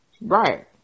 Right